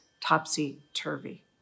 topsy-turvy